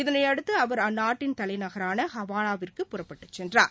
இதனையடுத்து அவர் அந்நாட்டின் தலைநகரான ஹவானாவிற்கு புறப்பட்டுச் சென்றார்